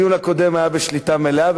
הדיון הקודם היה בשליטה מלאה,